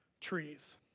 trees